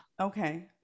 Okay